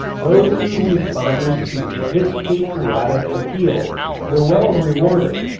those who responded to this patriotic appeal were well rewarded,